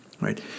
Right